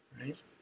right